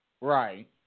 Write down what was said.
Right